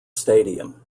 stadium